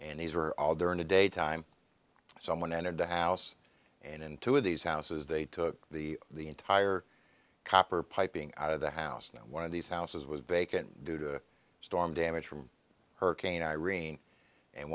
and he's were all during the day time someone entered the house and in two of these houses they took the the entire copper piping out of the house not one of these houses was vacant due to storm damage from hurricane irene and